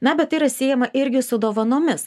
na bet tai yra siejama irgi su dovanomis